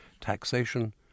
taxation